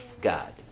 God